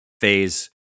phase